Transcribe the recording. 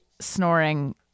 snoring